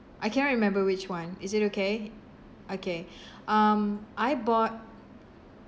I cannot remember which [one] is it okay okay um I bought